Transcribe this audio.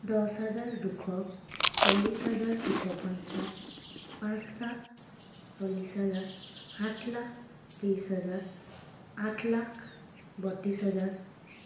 দহ হাজাৰ দুশ চল্লিছ হাজাৰ দুশ পঞ্চাছ পাঁচ লাখ চল্লিছ হাজাৰ সাত লাখ ত্ৰিছ হাজাৰ আঠ লাখ বত্ৰিছ হাজাৰ